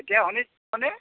এতিয়া শুনিছে আপুনি